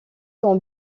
sont